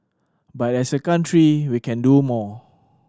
but as a country we can do more